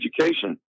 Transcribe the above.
education